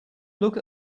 look